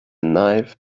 knife